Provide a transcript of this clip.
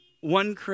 one